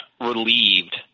relieved